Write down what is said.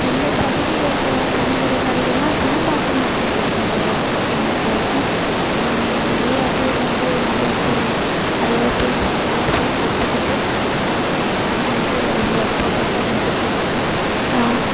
எங்கள் பகுதியில் இருக்கிற பழங்குடி கலைகள்லாம் சிலம்பாட்டம் அப்படின்றது எங்கள் இதில் ஃபேமஸாக இருக்கும் இங்கே நிறையா பேர் வந்து நிறையா ஸ்டூடண்ட்ஸ் அது போய் கிளாஸ் போய் கற்றுக்கிட்டு அதை வந்து ரொம்ப பெர்ஃபெக்ட்டாக செஞ்சுக்கிட்டு இருக்காங்க